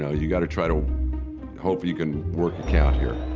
know? you got to try to hope you can work your count here,